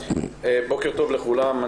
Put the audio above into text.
בוקר טוב לכולם.